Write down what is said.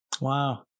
Wow